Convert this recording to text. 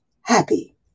happy